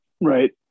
Right